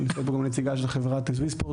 נמצאת פה גם נציגה של חברת סוויספורט,